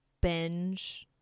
binge